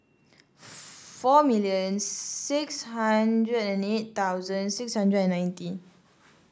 four million six hundred and eight thousand six hundred and ninety